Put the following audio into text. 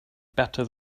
better